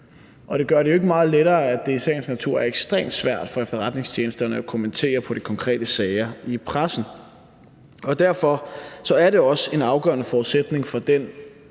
det gør det jo ikke meget lettere, at det i sagens natur er ekstremt svært for efterretningstjenesterne at kommentere på de konkrete sager i pressen. Derfor er det også en afgørende forudsætning for den